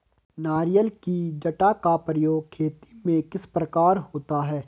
नारियल की जटा का प्रयोग खेती में किस प्रकार होता है?